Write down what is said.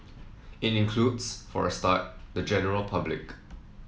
it includes for a start the general public